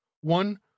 one